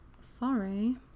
Sorry